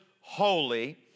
holy